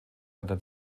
einer